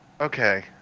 Okay